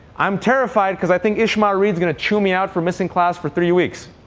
i'm terrified, because i think ishmael reed's going to chew me out for missing class for three weeks.